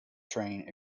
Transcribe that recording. train